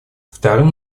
вторым